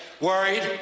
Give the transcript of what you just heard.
worried